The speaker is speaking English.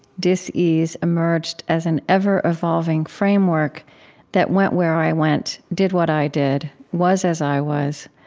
dis ease emerged as an ever-evolving framework that went where i went, did what i did, was as i was,